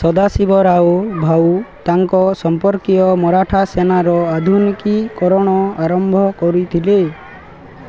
ସଦାଶିବ ରାଓ ଭାଉ ତାଙ୍କ ସମ୍ପର୍କୀୟ ମରାଠା ସେନାର ଆଧୁନିକୀକରଣ ଆରମ୍ଭ କରିଥିଲେ